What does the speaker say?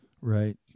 Right